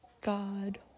God